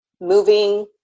moving